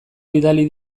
bidali